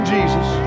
Jesus